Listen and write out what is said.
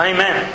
Amen